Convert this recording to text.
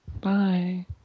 Bye